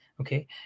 okay